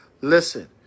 listen